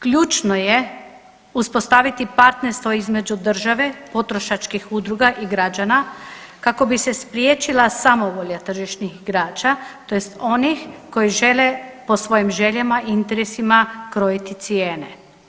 Ključno je uspostaviti partnerstvo između države, potrošačkih udruga i građana kako bi se spriječila samovolja tržišnih igrača, tj. onih koji žele po svojim željama, interesima krojiti cijene.